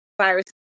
virus